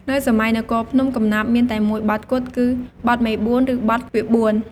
នៅសម័យនគរភ្នំ កំណាព្យមានតែមួយបទគត់គឺ បទមេបួន ឬ បទពាក្យបួន។